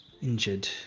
injured